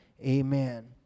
Amen